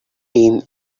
team